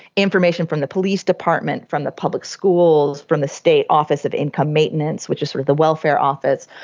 information from the police department, from the public schools, from the state office of income maintenance, which is sort of the welfare office.